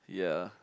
ya